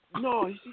no